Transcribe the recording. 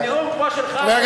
עם נאום כמו שלך,